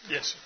Yes